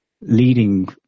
leading